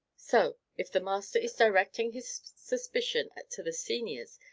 so, if the master is directing his suspicion to the seniors,